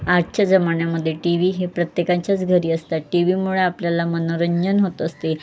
आजच्या जमान्यामध्ये TV हे प्रत्येकाच्याच घरी असतात टी व्हीमुळे आपल्याला मनोरंजन होत असते